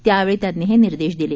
त्यावेळी त्यांनी हे निर्देश दिले